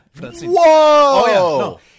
Whoa